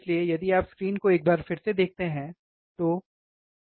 इसलिए यदि आप स्क्रीन को एक बार फिर से देखते हैं तो सही